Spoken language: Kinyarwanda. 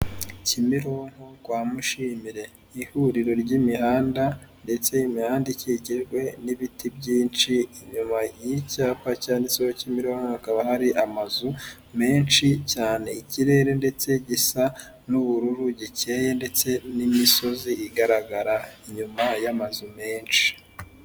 Kimirunko rwa Mushimire ihuriro ry'imihanda, ndetse imihanda ikikijwe n'ibiti byinshi, inyuma y'icyapa cyanditseho Kimironko hakaba hari amazu menshi cyane, ikirere ndetse gisa n'ubururu gikeye ndetse n'imisozi igaragara inyuma y'amazu menshi.